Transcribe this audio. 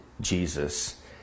Jesus